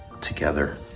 together